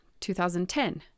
2010